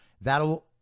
That'll